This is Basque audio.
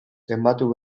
zenbatu